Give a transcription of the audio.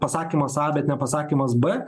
pasakymas a bet ne pasakymas b